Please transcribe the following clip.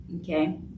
okay